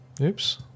Oops